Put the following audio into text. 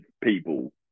people